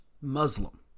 Muslim